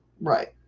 Right